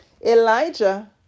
Elijah